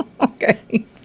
Okay